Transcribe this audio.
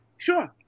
Sure